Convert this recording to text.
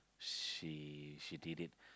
she she did it